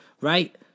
right